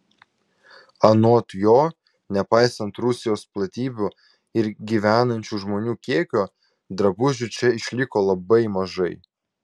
anot jo nepaisant rusijos platybių ir gyvenančių žmonių kiekio drabužių čia išliko labai mažai